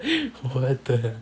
what the